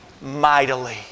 mightily